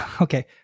okay